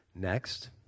Next